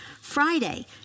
Friday